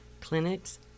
clinics